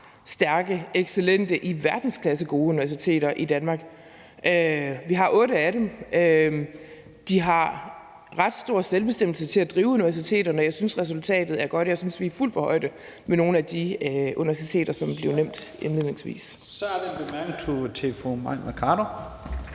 stærke, excellente og i verdensklasse gode universiteter i Danmark. Vi har otte af dem. De har ret stor selvbestemmelse til at drive universiteterne, og jeg synes, at resultatet er godt. Jeg synes, at vi er fuldt på højde med nogle af de universiteter, som blev nævnt indledningsvis. Kl. 11:04 Første næstformand